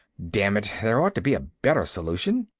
damn it, there ought to be a better solution.